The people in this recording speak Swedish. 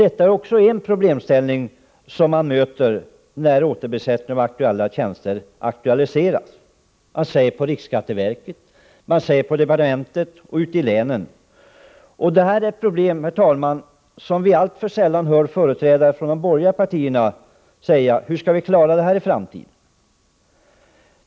Detta är också en problemställning som man möter när återbesättning av dessa tjänster aktualiseras. Man märker detta på riksskatteverket, på departementet och ute i länen. Det här är ett problem, herr talman, som vi alltför sällan hör företrädare för de borgerliga partierna ta upp och fråga: Hur skall vi klara det här i framtiden?